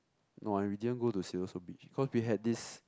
no I we didn't go to Siloso-Beach because like we had this